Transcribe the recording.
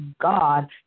God